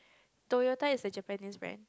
Toyota is a Japanese brand